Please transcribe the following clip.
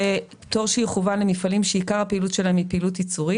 זה פטור שיכוּון למפעלים שעיקר הפעילות שלהם היא פעילות ייצור,